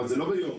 אבל זה לא ביום,